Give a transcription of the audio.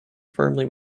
firmly